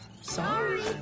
Sorry